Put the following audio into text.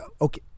okay